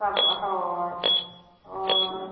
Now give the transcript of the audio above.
ᱨᱟᱠᱟᱵᱚᱜᱼᱟ ᱦᱳᱭ ᱦᱳᱭ